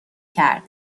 کرد